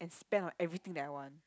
spend on everything that I want